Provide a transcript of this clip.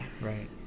Right